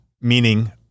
meaning